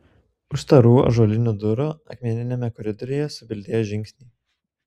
už storų ąžuolinių durų akmeniniame koridoriuje subildėjo žingsniai